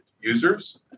users